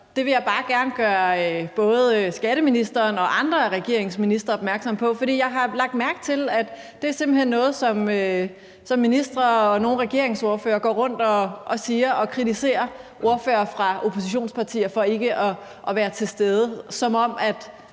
Det vil jeg bare gerne gøre både skatteministeren og andre af regeringens ministre opmærksom på, for jeg har lagt mærke til, at det simpelt hen er noget, som ministre og nogle regeringsordførere går rundt og siger, altså kritiserer ordførere fra oppositionspartier for ikke at være til stede, som om det